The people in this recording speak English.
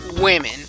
women